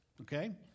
Okay